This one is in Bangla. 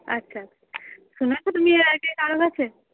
আচ্ছা শুনেছো তুমি এর আগে কারু কাছে